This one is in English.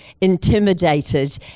intimidated